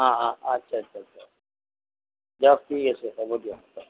অঁ অঁ আচ্ছা আচ্ছা আচ্ছা দিয়ক ঠিক আছে হ'ব দিয়ক